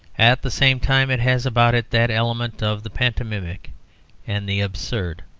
at the same time it has about it that element of the pantomimic and the absurd,